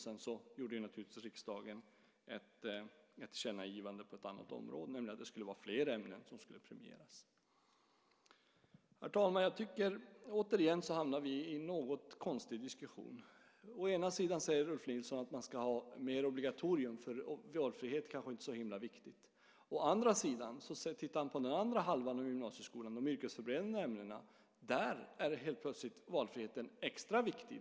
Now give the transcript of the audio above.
Sedan gjorde riksdagen ett tillkännagivande på ett annat område, nämligen att fler ämnen skulle premieras. Herr talman! Återigen hamnar vi i en något konstig diskussion. Å ena sidan säger Ulf Nilsson att man ska ha mer obligatorium eftersom valfrihet kanske inte är så himla viktigt. Å andra sidan tittar han på den andra halvan av gymnasieskolan, de yrkesförberedande programmen, och där är helt plötsligt valfriheten extra viktig.